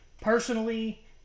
Personally